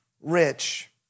rich